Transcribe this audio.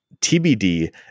TBD